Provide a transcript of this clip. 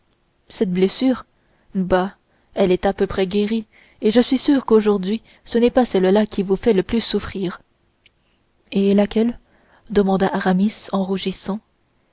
cette blessure bah elle est à peu près guérie et je suis sûr qu'aujourd'hui ce n'est pas celle-là qui vous fait le plus souffrir et laquelle demanda aramis en rougissant